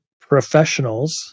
professionals